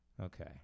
Okay